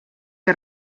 que